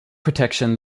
protection